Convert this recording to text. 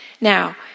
Now